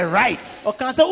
rice